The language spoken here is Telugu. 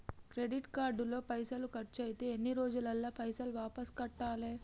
క్రెడిట్ కార్డు లో పైసల్ ఖర్చయితే ఎన్ని రోజులల్ల పైసల్ వాపస్ కట్టాలే?